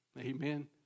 Amen